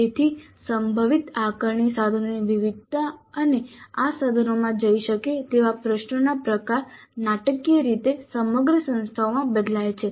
તેથી સંભવિત આકારણી સાધનોની વિવિધતા અને આ સાધનોમાં જઈ શકે તેવા પ્રશ્નોના પ્રકાર નાટકીય રીતે સમગ્ર સંસ્થાઓમાં બદલાય છે